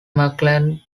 mcclelland